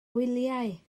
wyliau